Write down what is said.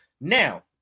Now